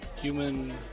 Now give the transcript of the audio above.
human